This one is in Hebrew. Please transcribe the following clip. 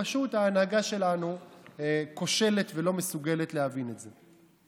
פשוט ההנהגה שלנו כושלת ולא מסוגלת להבין את זה.